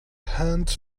hands